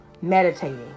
meditating